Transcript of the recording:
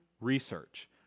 research